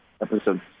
episode